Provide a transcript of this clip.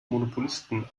monopolisten